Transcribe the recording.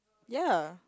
ya